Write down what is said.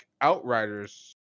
outriders